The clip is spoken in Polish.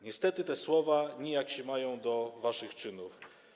Niestety te słowa nijak się mają do waszych czynów.